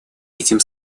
этим